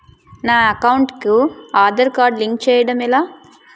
నా అకౌంట్ కు Aadhaar card link చేయడం ఎలా?